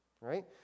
Right